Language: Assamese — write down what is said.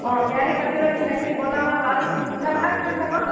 অ কেৰাহী পাতি লৈ পিঠাখিনি বনাম আৰু তাৰ পাছত পিঠা ভাগ কৰিম আকৌ